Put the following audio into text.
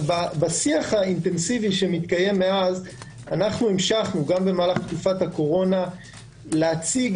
בשיח האינטנסיבי שמתקיים מאז המשכנו גם במהלך תקופת הקורונה להציג